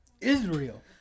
Israel